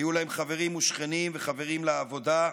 היו להם חברים ושכנים, חברים לעבודה,